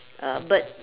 uh bird